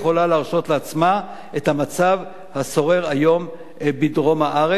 להרשות לעצמה את המצב השורר היום בדרום הארץ,